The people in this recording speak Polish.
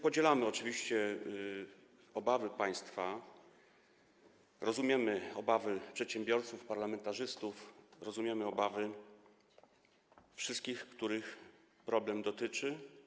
Podzielamy oczywiście państwa obawy, rozumiemy obawy przedsiębiorców, parlamentarzystów, rozumiemy obawy wszystkich, których problem dotyczy.